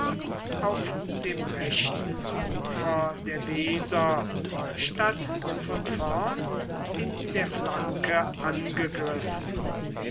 auf dem rechten ufer der weser statt von vorn in der flanke angegriffen